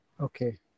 Okay